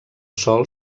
sol